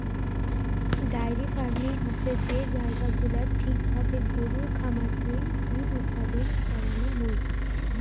diary farming হসে যে জায়গা গুলাত ঠিক ভাবে গরুর খামার থুই দুধ উৎপাদন করানো হুই